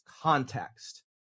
context